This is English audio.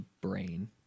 brain